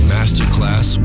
Masterclass